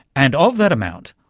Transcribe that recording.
and of that amount,